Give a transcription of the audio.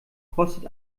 kostet